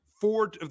four